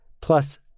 plus